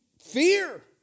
fear